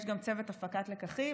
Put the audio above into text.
יש גם צוות הפקת לקחים,